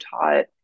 taught